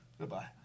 goodbye